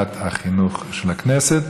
לוועדת החינוך של הכנסת.